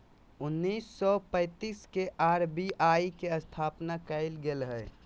उन्नीस सौ पैंतीस के आर.बी.आई के स्थापना कइल गेलय